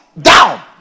down